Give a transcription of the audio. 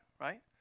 right